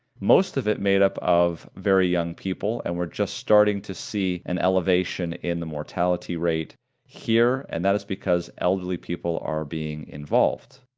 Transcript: most of it made up of very young people, and we're just starting to see an elevation in the mortality rate here, and that is because elderly people are being involved,